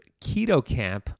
KETOCAMP